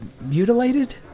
mutilated